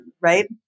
right